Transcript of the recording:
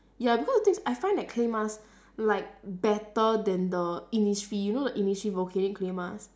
ya because the thing is I find that clay mask like better than the innisfree you know the innisfree volcanic clay mask